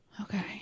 Okay